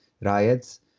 riots